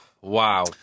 wow